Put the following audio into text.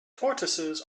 tortoises